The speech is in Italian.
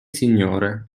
signore